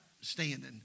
standing